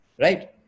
right